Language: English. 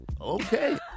Okay